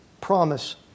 Promise